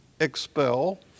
expel